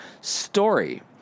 story